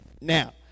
Now